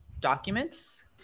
documents